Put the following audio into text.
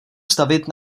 stavit